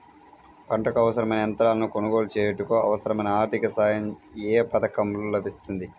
పంటకు అవసరమైన యంత్రాలను కొనగోలు చేయుటకు, అవసరమైన ఆర్థిక సాయం యే పథకంలో లభిస్తుంది?